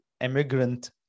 immigrant